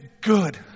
good